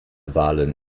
wahlen